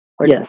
yes